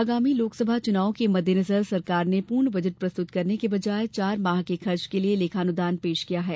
आगामी लोकसभा चुनावों के मद्देनजर सरकार ने पूर्ण बजट प्रस्तुत करने की बजाए चार माह के खर्च के लिये लेखानुदान पेश किया है